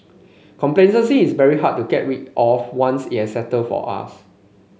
complacency is very hard to get rid of once it has settled for us